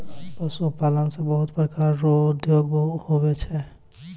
पशुपालन से बहुत प्रकार रो उद्योग हुवै छै